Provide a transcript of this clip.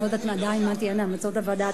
אני לא יודעת עדיין מה תהיינה המלצות הוועדה,